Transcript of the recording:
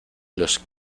los